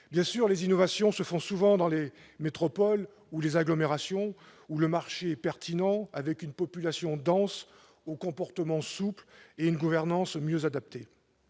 Bien sûr, les innovations se font souvent dans les métropoles ou les agglomérations, où le marché est pertinent, avec une population dense, aux comportements souples et une gouvernance mieux adaptée.